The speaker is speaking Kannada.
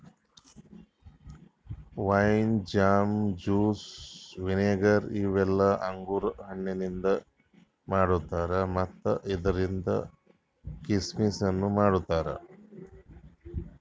ವೈನ್, ಜಾಮ್, ಜುಸ್ಸ್, ವಿನೆಗಾರ್ ಇವೆಲ್ಲ ಅಂಗುರ್ ಹಣ್ಣಿಂದ್ ಮಾಡ್ತಾರಾ ಮತ್ತ್ ಇದ್ರಿಂದ್ ಕೀಶಮಿಶನು ಮಾಡ್ತಾರಾ